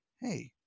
hey